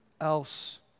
else